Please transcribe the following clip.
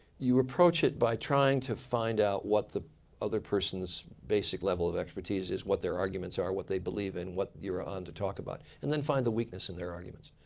you approach it by trying to find out what the other person's basic level of expertise is, what their arguments are, what they believe in, what you're on to talk about. and then find the weakness in their arguments.